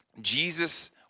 Jesus